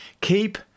keep